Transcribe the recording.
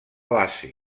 base